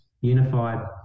unified